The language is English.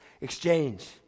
exchange